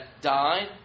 died